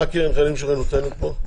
מה הקרן לחיילים משוחררים נותנת פה?